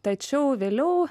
tačiau vėliau